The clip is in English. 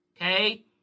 Okay